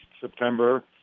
September